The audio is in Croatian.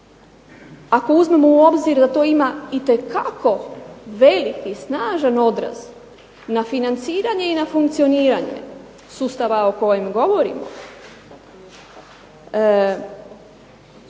ako uzmemo u obzir da to ima veliki, snažan odraz na financiranje i na funkcioniranje sustava o kojem govorimo,